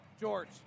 George